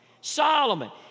Solomon